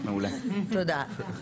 תודה.